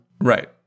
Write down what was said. Right